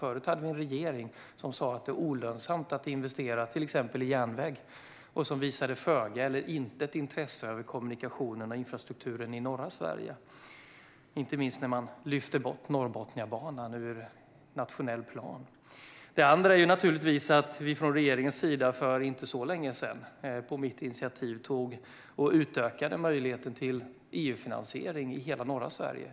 Förut hade vi en regering som sa att det är olönsamt att investera i till exempel järnväg och som visade litet eller inget intresse för kommunikationerna och infrastrukturen i norra Sverige. Den förra regeringen lyfte till exempel bort Norrbotniabanan ur den nationella planen. Från regeringens sida utökade vi också - på mitt initiativ - för inte så länge sedan möjligheten till EU-finansiering i hela norra Sverige.